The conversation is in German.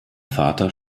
vater